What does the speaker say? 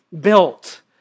built